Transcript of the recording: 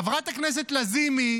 חברת הכנסת לזימי